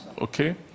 Okay